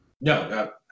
no